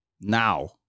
now